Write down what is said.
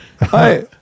Hi